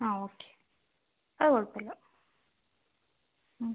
ആ ഓക്കെ അത് കുഴപ്പം ഇല്ല